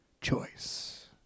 choice